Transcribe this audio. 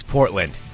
Portland